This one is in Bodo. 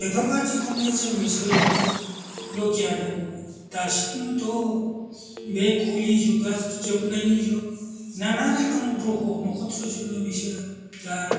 बेफोरबायदिखौनो जों सोलोंनो लगिया दङ दासिमथ' बे खलि जुगा जोबनायनि जुग ना ना रोखोम ग्रह नयखत्र'जोंनो बिसोरो दा